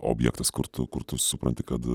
objektas kur tu kur tu supranti kad